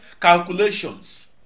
calculations